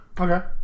Okay